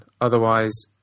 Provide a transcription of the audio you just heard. Otherwise